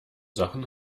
sachen